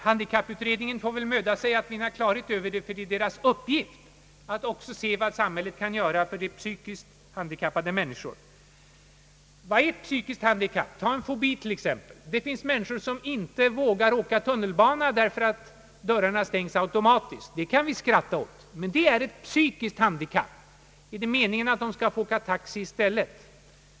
Handikapputredningen får väl möda sig att vinna klarhet på den punkten, eftersom det också är dess uppgift att se vad samhället kan göra för de psykiskt handikappade. Vad är ett psykiskt handikapp? Tag t.ex. en fobi. Det finns människor som inte vågar åka tunnelbana därför att dörrarna stängs automatiskt. Vi kan skratta åt sådant, men det är ett psykiskt handikapp. Skall de få åka taxi i stället?